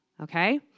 okay